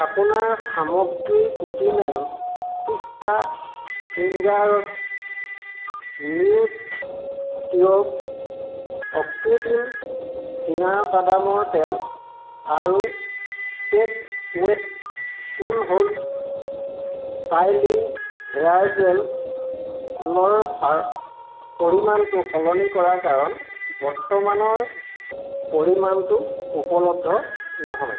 আপোনাৰ সামগ্ৰী Cookie Man pista fingers Nutriorg অকৃত্ৰিম চীনা বাদামৰ তেল আৰু Set Wet cool hold styling hair জেলৰ পা পৰিমাণটো সলনি কৰা কাৰণ বৰ্তমানৰ পৰিমাণটো উপলব্ধ নহয়